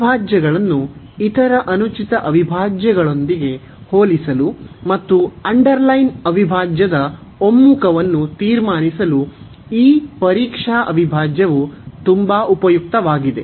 ಅವಿಭಾಜ್ಯಗಳನ್ನು ಇತರ ಅನುಚಿತ ಅವಿಭಾಜ್ಯಗಳೊಂದಿಗೆ ಹೋಲಿಸಲು ಮತ್ತು ಅಂಡರ್ಲೈನ್ ಅವಿಭಾಜ್ಯದ ಒಮ್ಮುಖವನ್ನು ತೀರ್ಮಾನಿಸಲು ಈ ಪರೀಕ್ಷಾ ಅವಿಭಾಜ್ಯವು ತುಂಬಾ ಉಪಯುಕ್ತವಾಗಿದೆ